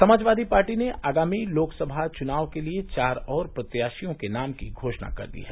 Samajwadi Party ने आगामी लोकसभा चुनाव के लिये चार और प्रत्याशियों के नाम की घोषणा कर दी है